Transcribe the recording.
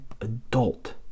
adult